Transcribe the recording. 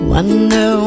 Wonder